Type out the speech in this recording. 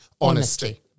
honesty